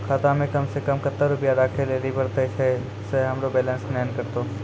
खाता मे कम सें कम कत्ते रुपैया राखै लेली परतै, छै सें हमरो बैलेंस नैन कतो?